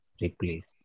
replace